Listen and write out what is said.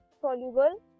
soluble